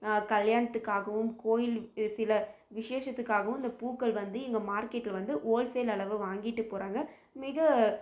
கல்யாணத்துக்காகவும் கோயிலுக்கு சில விசேஷத்துக்காகவும் இந்த பூக்கள் வந்து இங்கே மார்க்கெட் வந்து ஓல்சேல் அளவு வாங்கிட்டு போகிறாங்க மிக